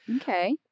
Okay